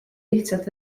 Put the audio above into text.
lihtsalt